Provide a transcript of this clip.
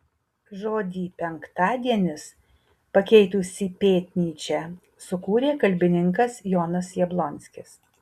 žodį penktadienis pakeitusį pėtnyčią sukūrė kalbininkas jonas jablonskis